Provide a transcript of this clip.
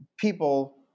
people